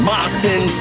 Martin